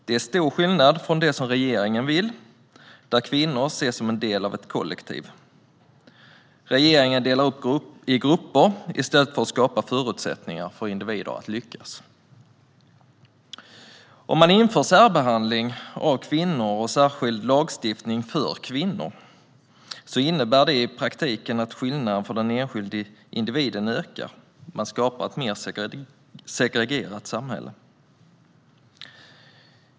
Det är stor skillnad från det som regeringen vill, där kvinnor ses som en del av ett kollektiv. Regeringen delar upp i grupper i stället för att skapa förutsättningar för individer att lyckas. Om man inför särbehandling av kvinnor och särskild lagstiftning för kvinnor innebär det i praktiken att skillnaderna för den enskilda individen ökar. Man skapar ett mer segregerat samhälle.